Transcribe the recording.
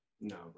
No